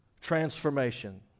transformation